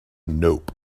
nope